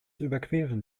überqueren